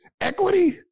equity